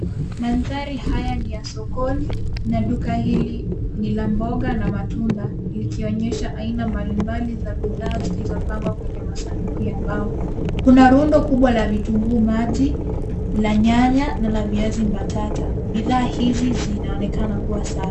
Mandhari haya ni ya sokoni na duka hili ni la mboga na matunda likionyesha aina mbalimbali za bidhaa zilizopangwa kwenye masanduku ya mbao. Kuna rundo kubwa la vitunguu maji, la nyanya na la viazi mbatata. Bidhaa hizi zinaonekana kuwa sawa.